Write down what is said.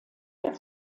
der